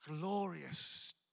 glorious